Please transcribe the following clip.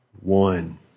one